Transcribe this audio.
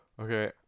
Okay